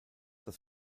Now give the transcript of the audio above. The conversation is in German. das